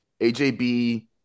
AJB